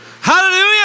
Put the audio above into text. Hallelujah